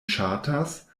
ŝatas